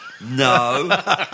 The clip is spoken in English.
no